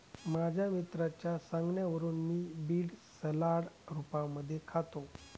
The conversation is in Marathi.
माझ्या मित्राच्या सांगण्यावरून मी बीड सलाड रूपामध्ये खातो